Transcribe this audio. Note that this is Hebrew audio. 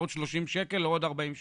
עוד שלושים שקל או עוד ארבעים שקל.